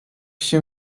się